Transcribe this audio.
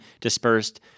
dispersed